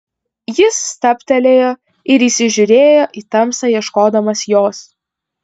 jis stabtelėjo ir įsižiūrėjo į tamsą ieškodamas jos